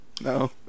No